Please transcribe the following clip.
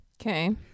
Okay